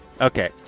Okay